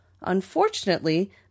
Unfortunately